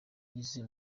yize